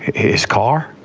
his car,